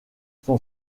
son